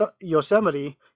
Yosemite